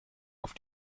auf